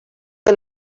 que